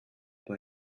pas